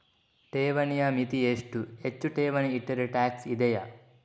ಠೇವಣಿಯ ಮಿತಿ ಎಷ್ಟು, ಹೆಚ್ಚು ಠೇವಣಿ ಇಟ್ಟರೆ ಟ್ಯಾಕ್ಸ್ ಇದೆಯಾ?